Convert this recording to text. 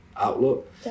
outlook